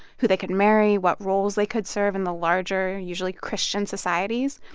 who they could marry, what roles they could serve in the larger, usually christian, societies.